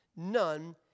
None